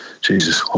Jesus